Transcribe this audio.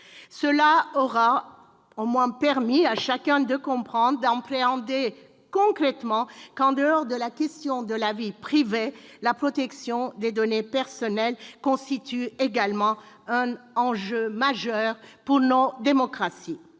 Cela aura au moins permis à chacun de comprendre, d'appréhender concrètement, qu'en dehors de la question de la vie privée, la protection des données personnelles constitue également un enjeu majeur pour nos démocraties.